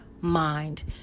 mind